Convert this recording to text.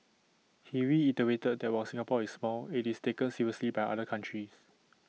he reiterated that while Singapore is small IT is taken seriously by other countries